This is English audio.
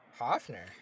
Hoffner